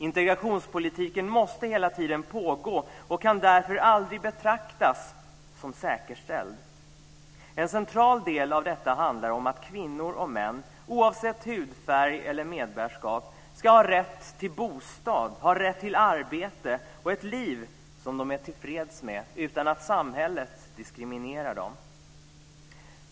Integrationspolitiken måste hela tiden pågå och kan därför aldrig betraktas som säkerställd. En central del av detta handlar om att kvinnor och män - oavsett hudfärg eller medborgarskap - ska ha rätt till bostad, rätt till arbete och ett liv som de är tillfreds med utan att samhället diskriminerar dem.